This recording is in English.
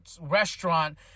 restaurant